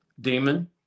demon